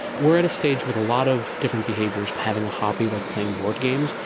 we are at a stage with a lot of different behaviours, having a hobby like playing boardgames,